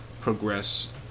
progress